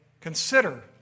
consider